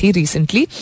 recently